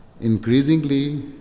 increasingly